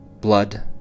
blood